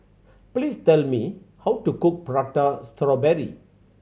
please tell me how to cook Prata Strawberry